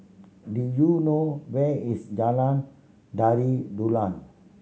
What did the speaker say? do you know where is Jalan Tari Dulang